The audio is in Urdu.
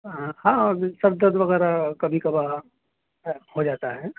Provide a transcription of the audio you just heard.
ہاں سر درد وغیرہ کبھی کبھار ہو جاتا ہے